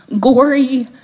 gory